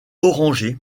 orangé